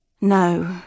No